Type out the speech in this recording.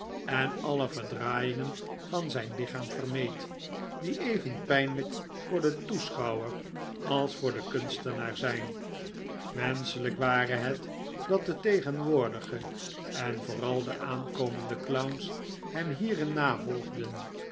en alle verdraaiingen van zijn lichaam vermeed die even pijnlijk voor den toeschouwer als voor den kunstenaar zijn wenschelijk ware het dat de tegenwoordige en vooral de aankomende clowns hem hierin navolgden